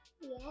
Yes